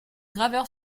graveur